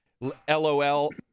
LOL